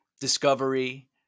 discovery